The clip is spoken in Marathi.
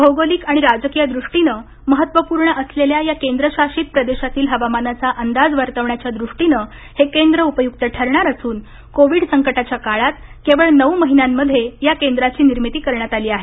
भौगोलिक आणि राजकीय दृष्टीनं महत्त्वपूर्ण असलेल्या या केंद्र शासित प्रदेशातील हवामानाचा अंदाज वर्तवण्याच्या दृष्टीनं हे केंद्र उपयुक्त ठरणार असून कोविड संकटाच्या काळात केवळ नऊ महिन्यांमध्ये या केंद्राची निर्मिती करण्यात आली आहे